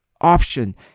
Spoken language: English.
option